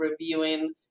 reviewing